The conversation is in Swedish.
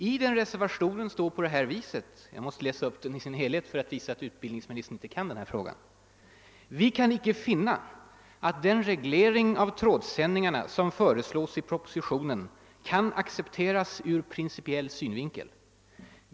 I den reservationen står det så här — jag måste läsa upp det aktuella avsnittet i dess helhet för att visa att utbildningsministern inte kan den här frågan: »Utskottet kan icke finna att den reglering av trådsändningarna, som föreslås i propositionen, kan accepteras ur principiell synvinkel.